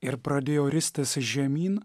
ir pradėjo ristis žemyn